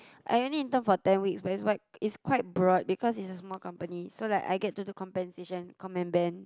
I only intern for ten weeks but it's wide it's quite broad because it is a small company so like I get to do compensation com and band